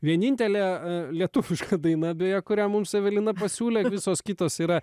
vienintelė lietuviška daina beje kurią mums evelina pasiūlė visos kitos yra